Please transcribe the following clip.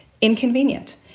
inconvenient